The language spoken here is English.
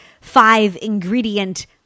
five-ingredient